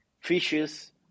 fishes